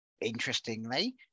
interestingly